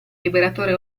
liberatore